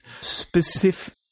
Specific